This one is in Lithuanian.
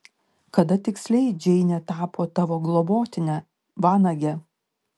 kada tiksliai džeinė tapo tavo globotine vanage